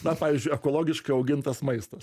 na pavyzdžiui ekologiškai augintas maistas